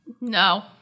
no